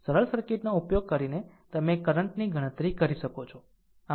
સરળ સર્કિટનો ઉપયોગ કરીને તમે કરંટ ની ગણતરી કરી શકો છો